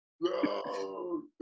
no